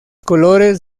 colores